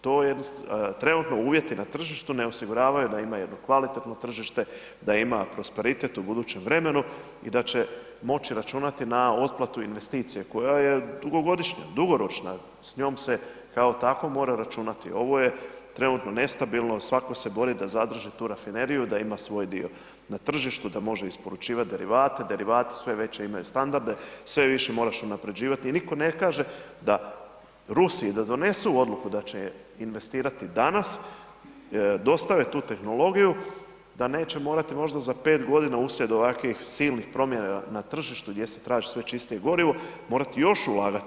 To trenutno uvjeti na tržištu ne osiguravaju da imaju jedno kvalitetno tržište, da ima prosperitet u budućem vremenu i da će moći računati na otplatu investicije koja je dugogodišnja, dugoročna, s njom se kao takvom mora računati, ovo je trenutno nestabilno, svako se bori da zadrži tu rafineriju, da ima svoj dio na tržištu da može isporučivati derivate, derivati sve veće imaju standarde, sve više moraš unaprjeđivati i nitko ne kaže da Rusi i da donesu odluku da će investirati danas, dostave tu tehnologiju, da neće morati možda za 5 g. uslijed ovakvih silnih promjena na tržištu gdje se traži sve čistije gorivo, morati još ulagati.